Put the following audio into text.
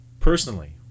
Personally